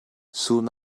soon